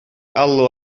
alw